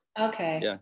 Okay